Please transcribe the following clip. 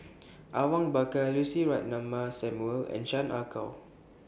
Awang Bakar Lucy Ratnammah Samuel and Chan Ah Kow